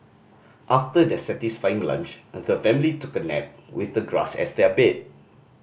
after their satisfying lunch the family took a nap with the grass as their bed